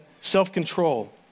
self-control